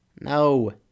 No